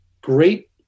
great